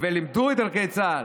ולימדו את ערכי צה"ל.